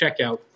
checkout